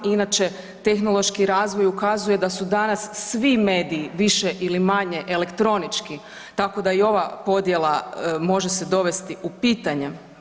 Inače tehnološki razvoj ukazuje da su danas svi mediji više ili manje elektronički, tako da i ova podjela može se dovesti u pitanje.